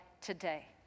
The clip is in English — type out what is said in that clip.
today